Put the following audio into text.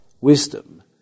wisdom